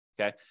Okay